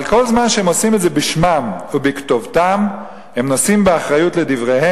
אבל כל זמן שהם עושים את זה בשמם ובכתובתם הם נושאים באחריות לדבריהם,